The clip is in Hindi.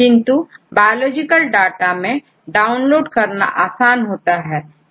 किंतु बायोलॉजिकल डाटा मैं डाउनलोड करना आसान होता है